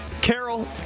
Carol